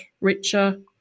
richer